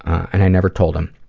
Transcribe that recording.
and i never told him.